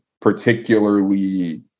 particularly